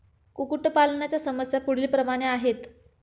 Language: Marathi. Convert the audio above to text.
कुक्कुटपालनाच्या समस्या पुढीलप्रमाणे आहेत